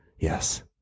Yes